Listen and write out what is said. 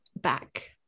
back